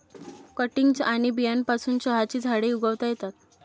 cuttings आणि बियांपासून चहाची झाडे उगवता येतात